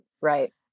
right